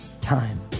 time